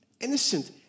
innocent